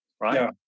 right